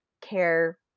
care